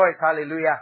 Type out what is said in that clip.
hallelujah